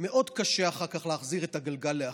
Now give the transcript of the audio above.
מאוד קשה אחר כך להחזיר את הגלגל לאחור,